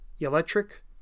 electric